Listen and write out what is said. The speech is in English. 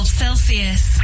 celsius